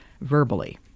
verbally